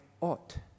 ought